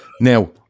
Now